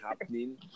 happening